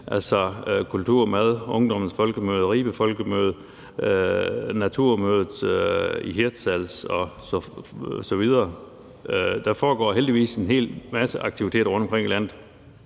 om kultur eller mad, Ungdommens Folkemøde, Folkemødet i Ribe, Naturmødet i Hirtshals osv. Der foregår heldigvis en hel masse aktiviteter rundtomkring i landet,